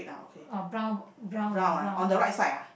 uh brown brown lah brown ah